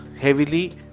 heavily